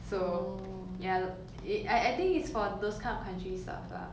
so ya it I I think it's for those kind of countries lah